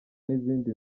n’izindi